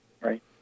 right